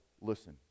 listen